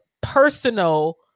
personal